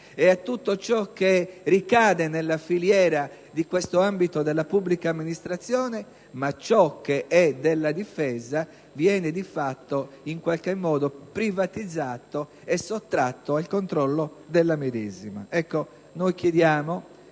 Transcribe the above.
e a tutto ciò che ricade nella filiera di questo ambito della pubblica amministrazione, ma ciò che è della Difesa viene di fatto privatizzato e sottratto al controllo della stessa. Noi chiediamo